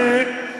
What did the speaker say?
אני,